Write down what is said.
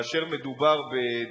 כאשר מדובר בדאגה